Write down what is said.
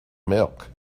milk